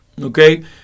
okay